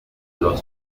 los